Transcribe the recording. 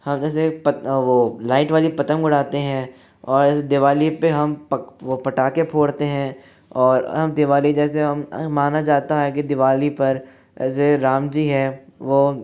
हम जैसे पत वह लाइट वाली पतंग उड़ाते हैं और दिवाली पर हम पक वो पटाखे फोड़ते हैं और दीवाली जैसे हम माना जाता है कि दीवाली पर ऐसे राम जी हैं वह